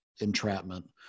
entrapment